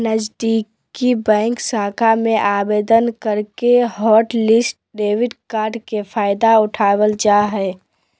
नजीदीकि बैंक शाखा में आवेदन करके हॉटलिस्ट डेबिट कार्ड के फायदा उठाबल जा हय